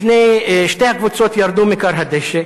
שתי הקבוצות ירדו מכר הדשא.